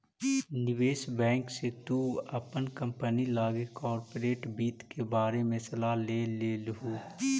निवेश बैंक से तु अपन कंपनी लागी कॉर्पोरेट वित्त के बारे में सलाह ले लियहू